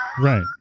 Right